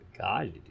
god